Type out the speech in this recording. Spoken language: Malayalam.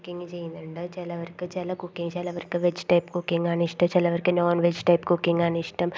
കുക്കിങ് ചെയ്യുന്നുണ്ട് ചിലവർക്ക് ചില കുക്കിങ് ചിലവർക്ക് വെജ് ടൈപ്പ് കുക്കിങാണിഷ്ട്ടം ചിലവർക്ക് നോൺ വെജ് ടൈപ്പ് കുക്കിങാനിഷ്ട്ടം